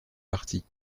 parties